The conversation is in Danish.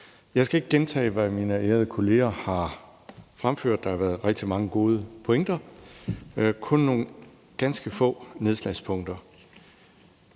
Jeg skal ikke gentage, hvad mine ærede kolleger har fremført. Der har været rigtig mange gode pointer. Jeg har kun nogle ganske få nedslagspunkter.